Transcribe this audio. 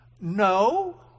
no